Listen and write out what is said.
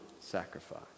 sacrifice